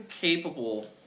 capable